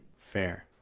Fair